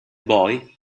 boy